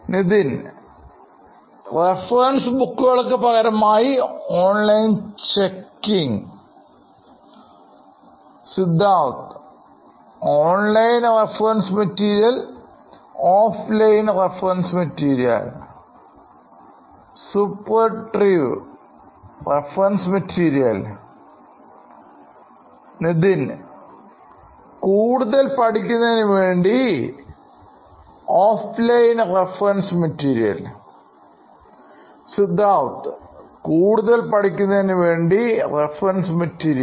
Nithin reference ബുക്കുകൾക്ക്പകരമായി online checking Siddharth online reference material Suprativ reference material Nithin കൂടുതൽ പഠിക്കുന്നതിനു വേണ്ടി offline reference material Siddharth കൂടുതൽ പഠിക്കുന്നതിനു വേണ്ടി reference മെറ്റീരിയൽ